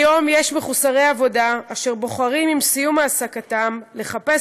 כיום יש מחוסרי עבודה אשר בוחרים עם סיום העסקתם לחפש